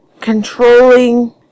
controlling